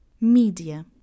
Media